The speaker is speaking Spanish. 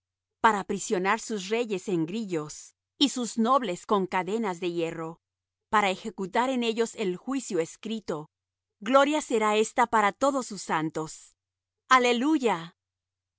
para aprisionar sus reyes en grillos y sus nobles con cadenas de hierro para ejecutar en ellos el juicio escrito gloria será esta para todos sus santos aleluya